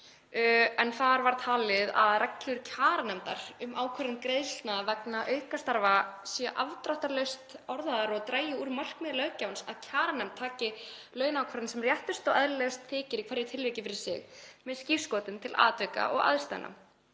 Þar var talið að reglur kjaranefndar, um ákvörðun greiðslna vegna aukastarfa, væru full afdráttarlaust orðaðar og drægju því úr því markmiði löggjafans að kjaranefnd taki launaákvörðun sem réttust og eðlilegust þyki í hverju tilviki fyrir sig með skírskotun til atvika og aðstæðna.